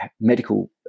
medical